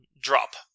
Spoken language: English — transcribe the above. drop